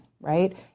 right